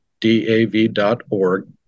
DAV.org